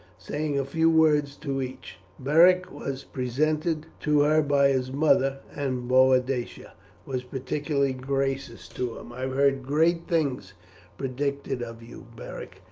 saying a few words to each. beric was presented to her by his mother, and boadicea was particularly gracious to him. i have heard great things predicted of you, beric.